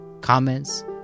comments